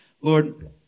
Lord